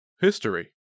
History